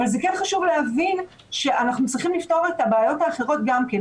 אבל זה כן חשוב להבין שאנחנו צריכים לפתור את הבעיות האחרות גם כן.